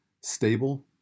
stable